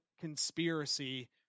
conspiracy